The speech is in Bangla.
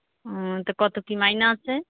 হুম তা কত কী মাইনা আছে